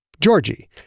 Georgie